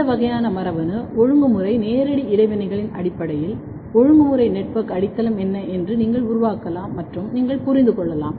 இந்த வகையான மரபணு ஒழுங்குமுறை நேரடி இடைவினைகளின் அடிப்படையில் ஒழுங்குமுறை நெட்வொர்க் அடித்தளம் என்ன என்று நீங்கள் உருவாக்கலாம் மற்றும் நீங்கள் புரிந்து கொள்ளலாம்